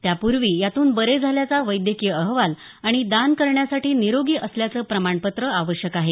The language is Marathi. त्यापूर्वी यातून बरे झाल्याचा वैद्यकीय अहवाल आणि दान करण्यासाठी निरोगी असल्याचं प्रमाणपत्र आवश्यक आहे